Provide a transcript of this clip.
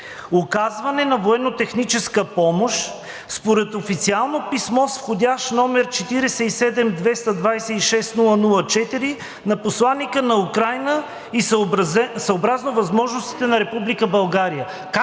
„Оказване на военнотехническа помощ според официално писмо с вх. № 47-226-004 на посланика на Украйна и съобразно възможностите на